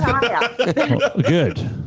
Good